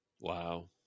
Wow